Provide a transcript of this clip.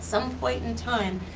some point in time,